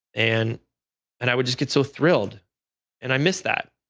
and and i would just get so thrilled and i missed that.